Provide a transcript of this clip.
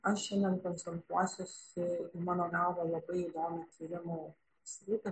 aš šiandien konsentruosiuosi į mano galva labai įdomią tyrimų sritį